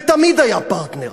ותמיד היה פרטנר.